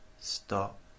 stop